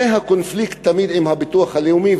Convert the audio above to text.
זה תמיד הקונפליקט עם הביטוח הלאומי.